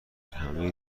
همه